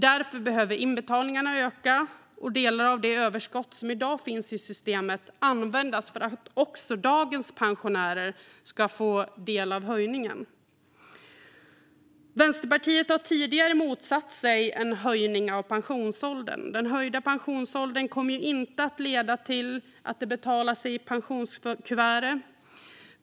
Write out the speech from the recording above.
Därför behöver inbetalningarna öka och delar av det överskott som i dag finns i systemet användas för att också dagens pensionärer ska få del av höjningen. Vänsterpartiet har tidigare motsatt sig en höjning av pensionsåldern. Den höjda pensionsåldern kommer ju inte att betala sig i pensionskuvertet.